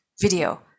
video